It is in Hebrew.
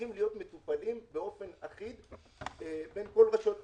צריכים להיות מטופלים באופן אחיד בין כל רשויות האכיפה.